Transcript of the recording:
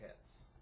hits